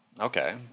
okay